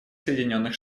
соединенных